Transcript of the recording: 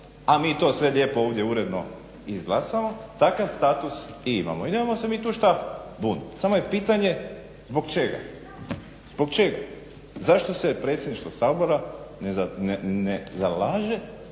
a mi to sve lijepo ovdje uredno izglasamo, takav status i imamo. I nemamo se mi tu šta bunit, samo je pitanje zbog čega. Zbog čega? Zašto se Predsjedništvo Sabora ne zalaže